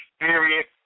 experience